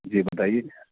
جی بتائیے